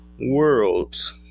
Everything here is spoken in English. worlds